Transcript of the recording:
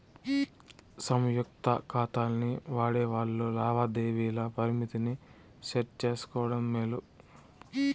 సంయుక్త కాతాల్ని వాడేవాల్లు లావాదేవీల పరిమితిని సెట్ చేసుకోవడం మేలు